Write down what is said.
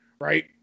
right